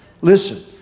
Listen